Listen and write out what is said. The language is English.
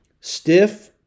Stiff